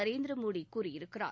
நரேந்திர மோடி கூறியிருக்கிறார்